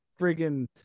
friggin